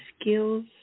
skills